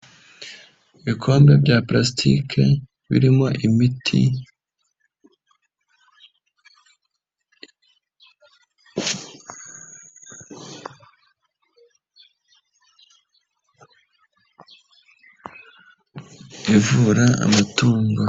Ibikombe bya plastiki birimo imiti, ivura amatungo.